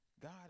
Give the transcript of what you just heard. God